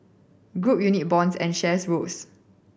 group unit bonds and shares rose